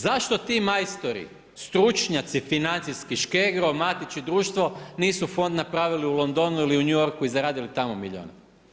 Zašto ti majstori, stručnjaci financijski, Škegro, Matić i društvo nisu fond napravili u Londonu ili New Yorku i zaradili tamo milijune?